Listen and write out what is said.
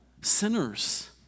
sinners